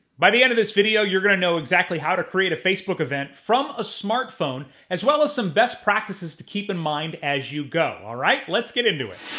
by the end of this video you're gonna know exactly how to create a facebook event from a smartphone, as well as some best practices to keep in mind as you go. all right? let's get into it!